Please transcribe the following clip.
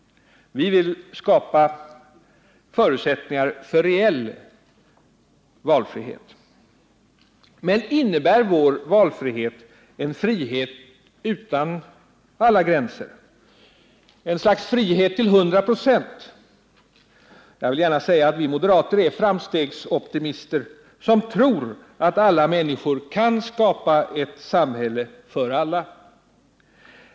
Vi vill skapa förutsättningar för reell valfrihet. Men innebär vår valfrihet en frihet utan alla gränser, ett slags frihet till 100 96? Jag vill gärna säga, att vi moderater är framstegsoptimister, som tror att alla människor kan skapa ett samhälle för alla.